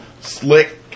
slick